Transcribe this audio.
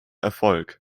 erfolg